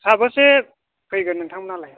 साबेसे फैगोन नोंथांमोनहालाय